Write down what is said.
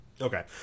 okay